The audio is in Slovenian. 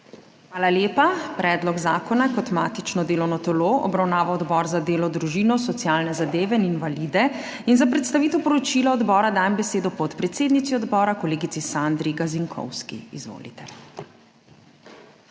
Hvala lepa. Predlog zakona je kot matično delovno telo obravnaval Odbor za delo, družino, socialne zadeve in invalide. Za predstavitev poročila odbora dajem besedo podpredsednici odbora, kolegici Sandri Gazinkovski. Izvolite.